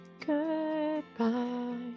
Goodbye